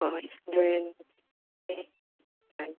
ꯍꯣꯏ ꯍꯣꯏ ꯑꯗꯨ ꯍꯣꯔꯦꯟ